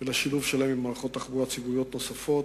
ולשילוב שלהן עם מערכות תחבורה ציבוריות נוספות,